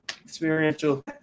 experiential